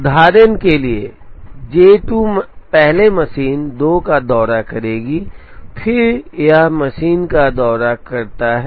उदाहरण के लिए जे 2 पहले मशीन 2 का दौरा करेगा और फिर यह मशीन का दौरा करता है